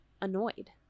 annoyed